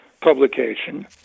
publication